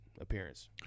appearance